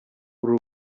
uru